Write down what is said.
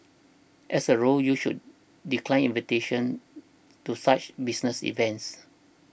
as a rule you should decline invitations to such business events